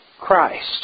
Christ